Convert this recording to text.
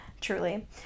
Truly